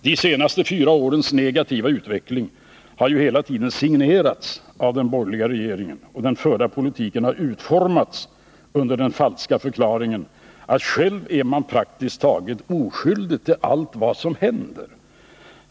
De senaste fyra årens negativa utveckling har ju hela tiden signerats av den borgerliga regeringen, och den förda politiken har utformats under den falska förklaringen att man själv är praktiskt taget oskyldig till allt vad som händer.